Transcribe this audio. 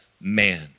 man